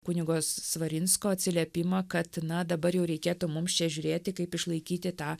kunigo svarinsko atsiliepimą kad na dabar jau reikėtų mums čia žiūrėti kaip išlaikyti tą